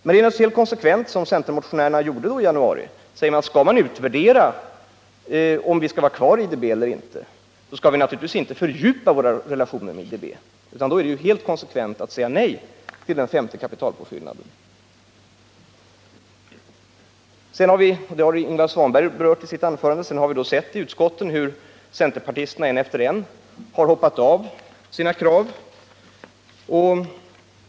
Men det är helt konsekvent att — som centerpartisterna gjorde i januari — säga att skall man utvärdera frågan om vi skall vara kvar i IDB eller inte, så skall vi naturligtvis inte fördjupa våra relationer med IDB, utan då skall man säga nej till den femte kapitalpåfyllnaden. Som Ingvar Svanberg berörde i sitt anförande har vi sett i utskotten hur en efter en av centerpartisterna har hoppat av från sina krav.